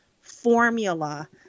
formula